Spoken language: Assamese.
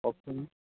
কওকচোন